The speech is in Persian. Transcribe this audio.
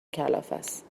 کلافست